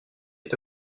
est